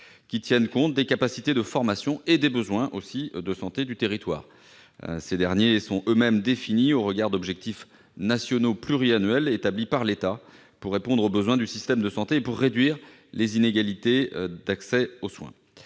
qui tiennent compte des capacités de formation et des besoins de santé du territoire. Ces derniers sont eux-mêmes définis au regard d'objectifs nationaux pluriannuels établis par l'État pour répondre aux besoins du système de santé et pour réduire les inégalités d'accès aux soins.